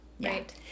Right